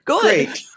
great